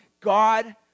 God